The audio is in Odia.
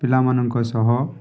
ପିଲାମାନଙ୍କ ସହ